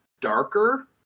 darker